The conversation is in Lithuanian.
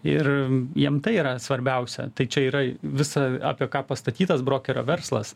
ir jiem tai yra svarbiausia tai čia yra visa apie ką pastatytas brokerio verslas